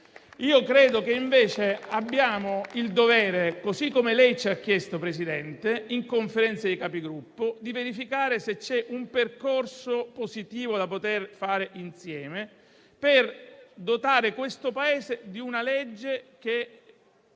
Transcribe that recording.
Credo che invece abbiamo il dovere - come lei ci ha chiesto, Presidente, in Conferenza dei Capigruppo - di verificare se c'è un percorso positivo da poter fare insieme per dotare il Paese di una legge che